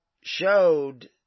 showed